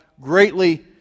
greatly